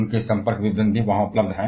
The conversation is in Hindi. उनके संपर्क विवरण भी वहां उपलब्ध हैं